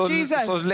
Jesus